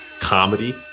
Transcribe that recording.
comedy